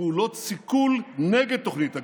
סיכול נגד תוכנית הגרעין,